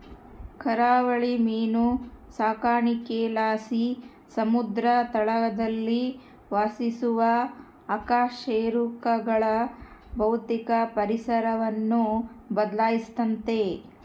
ಕರಾವಳಿ ಮೀನು ಸಾಕಾಣಿಕೆಲಾಸಿ ಸಮುದ್ರ ತಳದಲ್ಲಿ ವಾಸಿಸುವ ಅಕಶೇರುಕಗಳ ಭೌತಿಕ ಪರಿಸರವನ್ನು ಬದ್ಲಾಯಿಸ್ತತೆ